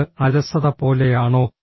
ഇത് അലസത പോലെയാണോ